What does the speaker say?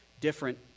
different